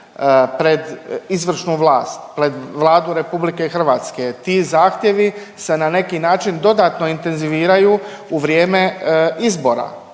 pred izvršnu vlast, pred Vladu RH, ti zahtjevi se na neki način dodatno intenziviraju u vrijeme izbora